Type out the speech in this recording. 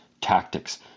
tactics